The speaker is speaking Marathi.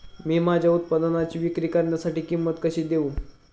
मी माझ्या उत्पादनाची विक्री करण्यासाठी किंमत कशी देऊ?